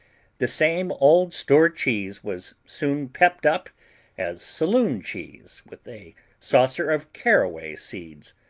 the same old store cheese was soon pepped up as saloon cheese with a saucer of caraway seeds,